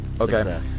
Okay